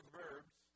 verbs